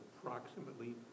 approximately